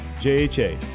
JHA